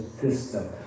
system